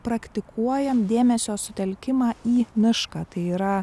praktikuojam dėmesio sutelkimą į mišką tai yra